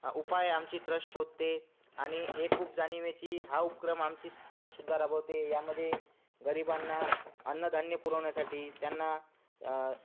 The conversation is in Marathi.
उपाय आमची ट्रस्ट शोधते आणि एकूप जाणिवेची हा उपक्रम आमची ट्रस्टसुद्धा राबवते यामध्ये गरिबांना अन्न धान्य पुरवण्यासाठी त्यांना